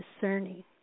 discerning